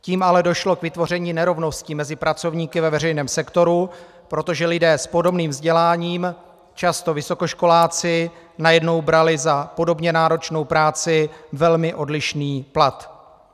Tím ale došlo k vytvoření nerovnosti mezi pracovníky ve veřejném sektoru, protože lidé s podobným vzděláním, často vysokoškoláci, najednou brali za podobně náročnou práci velmi odlišný plat.